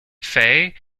fay